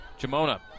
Jamona